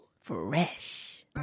Fresh